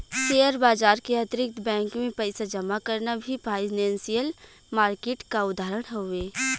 share बाजार के अतिरिक्त बैंक में पइसा जमा करना भी फाइनेंसियल मार्किट क उदाहरण हउवे